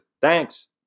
Thanks